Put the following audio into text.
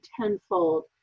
tenfold